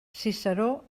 ciceró